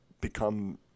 become